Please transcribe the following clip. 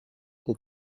der